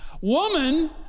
Woman